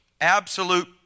absolute